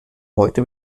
heute